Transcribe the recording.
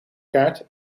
kaart